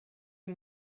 and